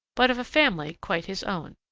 but of a family quite his own.